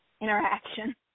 interaction